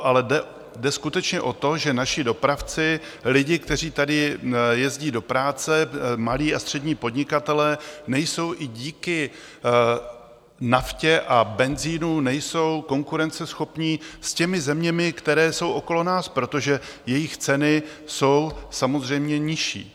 Ale jde skutečně o to, že naši dopravci, lidi, kteří tady jezdí do práce, malí a střední podnikatelé nejsou i díky naftě a benzinu konkurenceschopní s těmi zeměmi, které jsou okolo nás, protože jejich ceny jsou samozřejmě nižší.